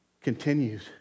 continues